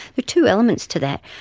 but two elements to that.